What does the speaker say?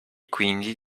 quindi